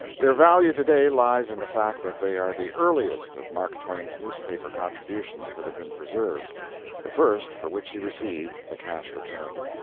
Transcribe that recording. their value to-day lies in the fact that they are the earliest of mark twain's newspaper contributions that have been preserved the first for which he received a cash return.